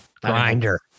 Grinder